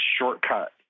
shortcut